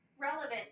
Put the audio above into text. relevant